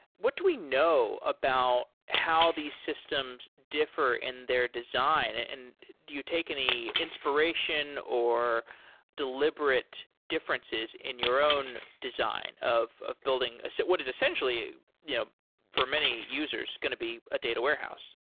what do we know about how these systems differ in their design and do you take any inspiration or deliberate differences in your own design of of building what is essentially yeah for many users going to be a data warehouse?